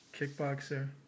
Kickboxer